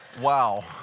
Wow